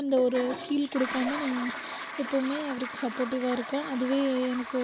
அந்த ஒரு ஃபீல் கொடுக்காம நான் எப்பவுமே அவருக்கு சப்போர்ட்டிவாக இருக்கேன் அதுவே எனக்கு